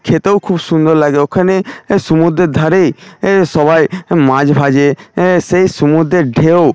খেতেও খুব সুন্দর লাগে ওখানে সুমুদ্রের ধারেই এ সবাই মাছ ভাজে এ সেই সমুদ্রে র ঢেউ